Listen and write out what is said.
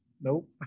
Nope